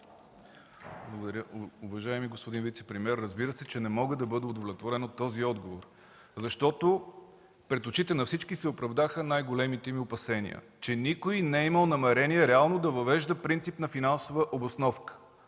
председател. Уважаеми господин вицепремиер, разбира се, че не мога да бъда удовлетворен от този отговор, защото пред очите на всички се оправдаха най-големите Ви опасения – че никой не е имал намерение реално да въвежда принцип на финансова обосновка,